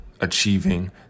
achieving